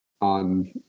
on